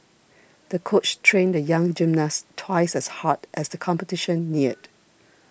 the coach trained the young gymnast twice as hard as the competition neared